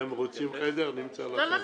היום לא כל הוועדות --- אדוני היושב-ראש,